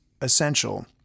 essential